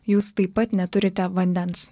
jūs taip pat neturite vandens